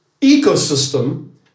ecosystem